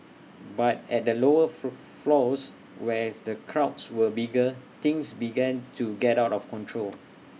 but at the lower fro floors where's the crowds were bigger things began to get out of control